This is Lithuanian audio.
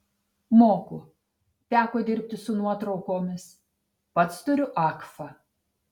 moku teko dirbti su nuotraukomis pats turiu agfa